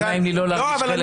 אז לא נעים לי לא להרגיש חלק